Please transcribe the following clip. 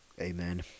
amen